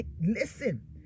listen